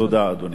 תודה, אדוני.